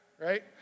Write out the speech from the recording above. right